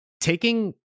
taking